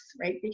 right